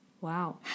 Wow